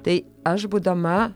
tai aš būdama